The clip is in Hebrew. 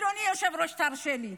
ילדינו נאסרו על לא עוול בכפם.